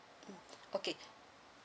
okay